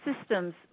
systems